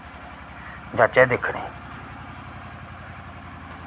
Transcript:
जाह्चै दिक्खने